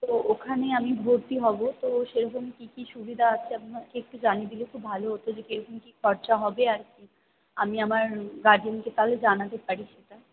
তো ওখানে আমি ভর্তি হবো তো সেরকম কী কী সুবিধা আছে একটু জানিয়ে দিলে খুব ভালো হতো যে কীরকম কী খরচা হবে আর কি আমি আমার গার্জেনকে তাহলে জানাতে পারি সেটা